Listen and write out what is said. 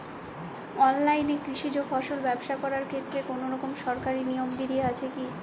অনলাইনে কৃষিজ ফসল ব্যবসা করার ক্ষেত্রে কোনরকম সরকারি নিয়ম বিধি আছে কি?